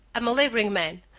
i'm a laboring man.